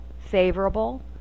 Favorable